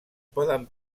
poden